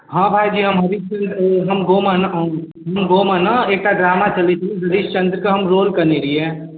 हाँ भाइजी हम हम गाममे ने गाममे ने एकटा ड्रामा चलै छलै हरिश्चन्द्रके हम रोल केने रहिए